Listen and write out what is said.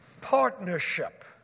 partnership